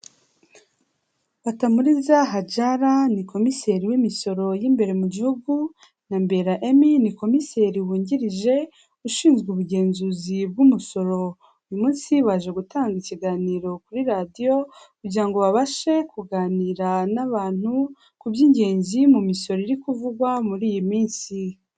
Batamuriza Hajara ni komiseri w'imisoro y'imbere mu gihugu na Mbera Emmy ni komiseri wungirije ushinzwe ubugenzuzi bw'umusoro. Uyu munsi baje gutanga ikiganiro kuri radiyo, kugira ngo babashe kuganira n'abantu ku by'ingenzi mu misoro iri kuvugwa muri iyi minsi.